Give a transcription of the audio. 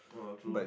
oh true